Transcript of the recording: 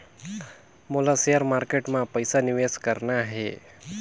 मोला share market मां पइसा निवेश करना हे?